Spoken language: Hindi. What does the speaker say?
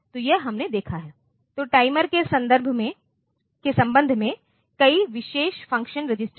तो यह हमने देखा है तो टाइमर के संबंध में कई विशेष फ़ंक्शन रजिस्टर हैं